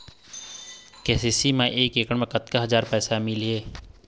KCC मा एकड़ मा कतक हजार पैसा मिलेल?